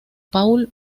paul